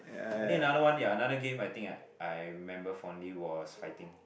I think another one yea another game I think I remember funnily was fighting